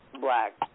black